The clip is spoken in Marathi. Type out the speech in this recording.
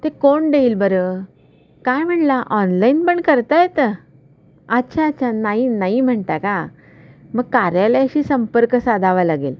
ते कोण देईल बरं काय म्हणाला ऑनलाइन पण करता येतं अच्छा अच्छा नाही नाही म्हणता का मग कार्यालयाशी संपर्क साधावा लागेल